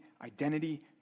identity